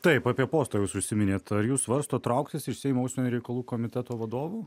taip apie postą jūs užsiminėt ar jūs svarstot trauktis iš seimo užsienio reikalų komiteto vadovų